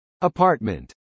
Apartment